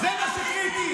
זה מה שקריטי.